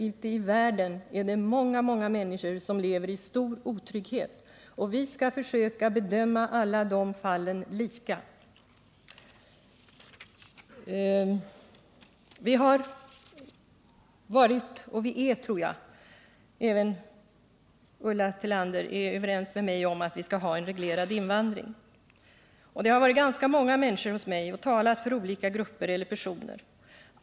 Ute i världen är det många, många människor som lever i stor 13 otrygghet. Vi skall försöka bedöma alla de fallen lika. Vi har varit och är överens om att vi skall ha en reglerad invandring, och jag tror att även Ulla Tillander är överens med mig om detta. Det har varit ganska många människor hos mig och talat för olika grupper eller personer.